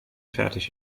fertig